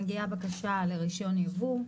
מגיעה בקשה לרישיון יבוא,